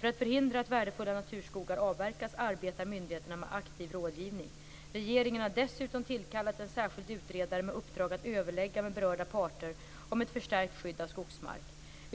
För att förhindra att värdefulla naturskogar avverkas arbetar myndigheterna med aktiv rådgivning. Regeringen har dessutom tillkallat en särskild utredare med uppdrag att överlägga med berörda parter om ett förstärkt skydd av skogsmark.